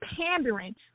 pandering